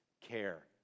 care